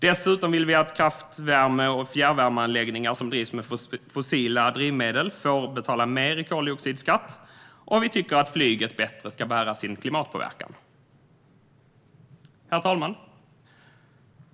Dessutom vill vi att kraft och fjärrvärmeanläggningar som drivs med fossila drivmedel ska betala mer i koldioxidskatt, och vi tycker att flyget bättre ska bära sin klimatpåverkan. Herr talman!